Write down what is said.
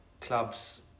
clubs